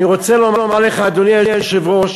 אני רוצה לומר לך, אדוני היושב-ראש,